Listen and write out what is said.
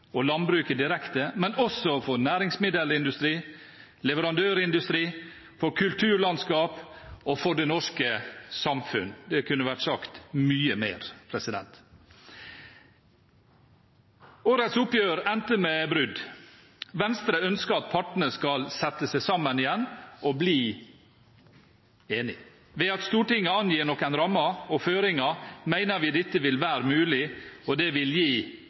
landbruket direkte, men også for næringsmiddelindustri, for leverandørindustri, for kulturlandskap og for det norske samfunn. Det kunne vært sagt mye mer. Årets oppgjør endte med brudd. Venstre ønsker at partene skal sette seg sammen igjen og bli enige. Ved at Stortinget angir noen rammer og føringer, mener vi dette vil være mulig, og det vil gi